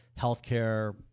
healthcare